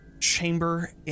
chamber